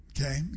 okay